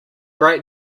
great